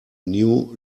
new